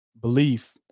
belief